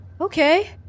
Okay